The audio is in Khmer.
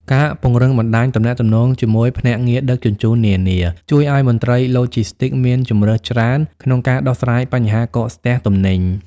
ការពង្រឹងបណ្តាញទំនាក់ទំនងជាមួយភ្នាក់ងារដឹកជញ្ជូននានា ជួយឱ្យមន្ត្រីឡូជីស្ទីកមានជម្រើសច្រើនក្នុងការដោះស្រាយបញ្ហាកកស្ទះទំនិញ។